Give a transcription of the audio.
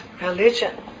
religion